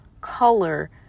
color